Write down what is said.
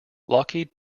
lockheed